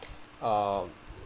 um